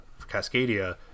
Cascadia